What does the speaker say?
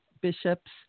bishops